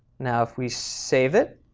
now if we save it,